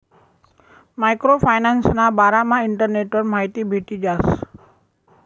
micro फायनान्सना बारामा इंटरनेटवर माहिती भेटी जास